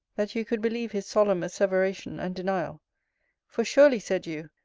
that you could believe his solemn asseveration and denial for surely, said you,